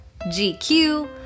GQ